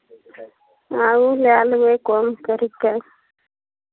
आउ लए लेबै कम करि कऽ